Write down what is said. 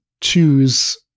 choose